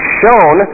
shown